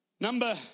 Number